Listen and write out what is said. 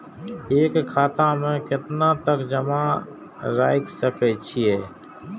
एक खाता में केतना तक जमा राईख सके छिए?